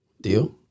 deal